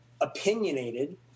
opinionated